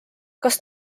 kas